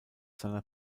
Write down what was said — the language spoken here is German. seiner